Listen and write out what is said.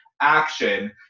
action